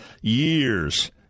years